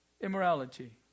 immorality